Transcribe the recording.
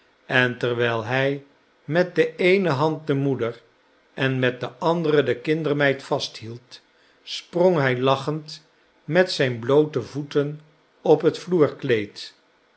en terwijl hij met de eene hand de moeder en met de andere de kindermeid vasthield sprong hij lachend met zijn bloote voeten op het vloerkleed